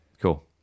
cool